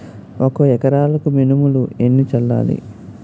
ఒక ఎకరాలకు మినువులు ఎన్ని చల్లాలి?